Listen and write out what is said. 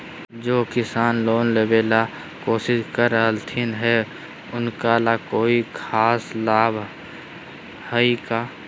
जे किसान लोन लेबे ला कोसिस कर रहलथिन हे उनका ला कोई खास लाभ हइ का?